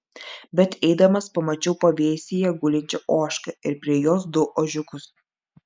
bet eidamas pamačiau pavėsyje gulinčią ožką ir prie jos du ožiukus